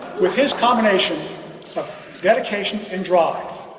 with his combination of dedication and drive,